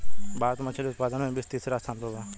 भारत मछली उतपादन में विश्व में तिसरा स्थान पर बा